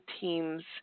teams